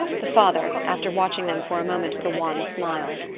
the father after watching them for a moment with a wan smile.